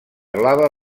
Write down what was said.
blava